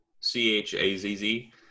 C-H-A-Z-Z